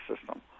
system